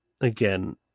again